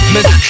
Miss